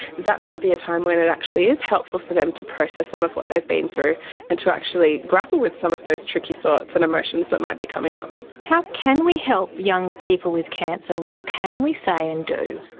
that might be a time when it actually is helpful for them to process some of what they've been through and to actually grapple with some of those tricky thoughts and emotions that might be coming up. how can we help young people with cancer? what can we say and do?